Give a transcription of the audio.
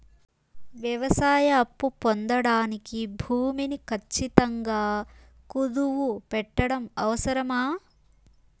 వ్యవసాయ అప్పు పొందడానికి భూమిని ఖచ్చితంగా కుదువు పెట్టడం అవసరమా?